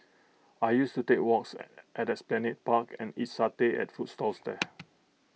I used to take walks at esplanade park and eat satay at food stalls here